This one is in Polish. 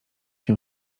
się